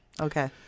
Okay